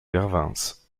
vervins